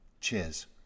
Cheers